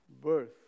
birth